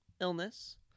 illness